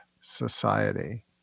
society